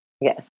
Yes